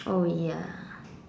oh ya